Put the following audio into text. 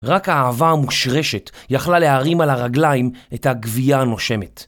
רק האהבה המושרשת יכלה להרים על הרגליים את הגוויה הנושמת.